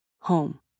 Home